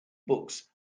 books